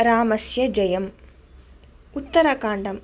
रामस्य जयम् उत्तरकाण्डम्